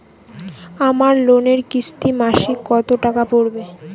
আমার লোনের কিস্তি মাসিক কত টাকা পড়বে?